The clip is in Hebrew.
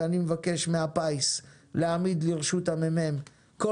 ואני מבקש מהפיס להעמיד לרשות הממ"מ כל